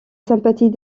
sympathie